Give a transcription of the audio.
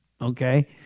Okay